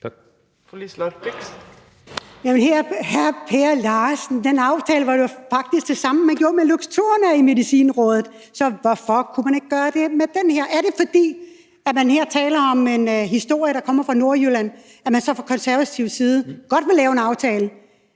hr. Per Larsen, den aftale var faktisk det samme, man gjorde med Luxturna i Medicinrådet, så hvorfor kunne man ikke gøre det med det her? Er det, fordi man her taler om en historie, der kommer fra Nordjylland, at man så fra Konservatives side godt vil lave en aftale?